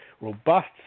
robust